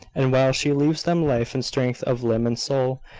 and while she leaves them life and strength of limb and soul,